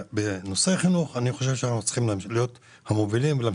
בנושא חינוך אני חושב שאנחנו צריכים להמשיך להיות המובילים